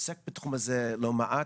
שעוסק בתחום הזה לא מעט.